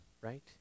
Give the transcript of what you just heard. right